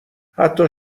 حتی